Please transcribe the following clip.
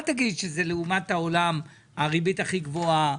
אל תגיד לי שזה לעומת העולם הריבית הכי גבוהה.